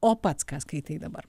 o pats ką skaitai dabar